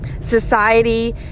Society